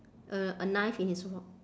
uh a knife in his wok